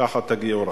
ככה תגיעו רחוק.